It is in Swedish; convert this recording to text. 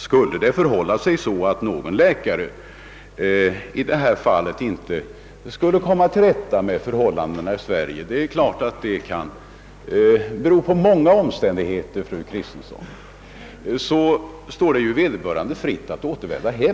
Skulle någon läkare inte finna sig till rätta här i Sverige — orsakerna kan naturligtvis vara många, fru Kristensson — står det ju vederbörande fritt att återvända hem.